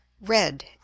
red